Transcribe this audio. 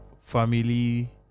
family